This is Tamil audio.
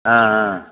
ஆ ஆ